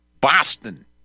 Boston